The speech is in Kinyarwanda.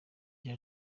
cya